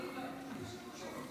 לא להיבהל, אני אשב בשקט, אני אסתתר.